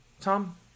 Tom